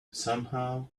somehow